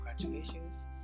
congratulations